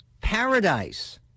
paradise